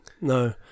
no